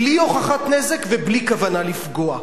בלי הוכחת נזק ובלי כוונה לפגוע.